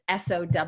SOW